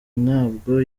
ntabwo